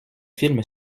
film